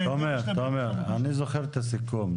תומר, אני זוכר את הסיכום.